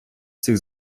цих